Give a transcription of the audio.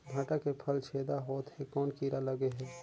भांटा के फल छेदा होत हे कौन कीरा लगे हे?